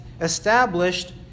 established